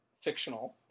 fictional